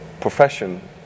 profession